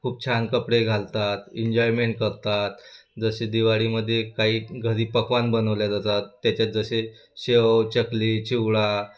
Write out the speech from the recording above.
खूप छान कपडे घालतात एन्जॉयमेंट करतात जसे दिवाळीमध्ये काही घरी पकवान बनवल्या जातात त्याच्यात जसे शेव चकली चिवडा